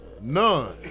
None